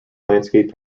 landscape